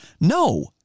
No